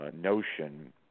notion